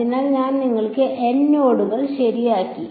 അതിനാൽ ഞാൻ നിങ്ങൾക്ക് N നോഡുകൾ ശരിയാക്കി